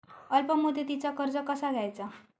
अल्प मुदतीचा कर्ज कसा घ्यायचा?